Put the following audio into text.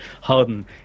harden